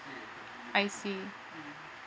I see